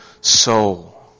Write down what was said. soul